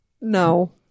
No